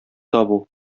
табу